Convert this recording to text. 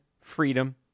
freedom